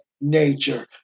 nature